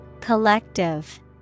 Collective